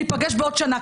ניפגש בעוד שנה.